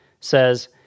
says